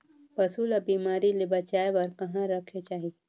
पशु ला बिमारी ले बचाय बार कहा रखे चाही?